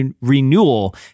Renewal